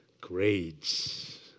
grades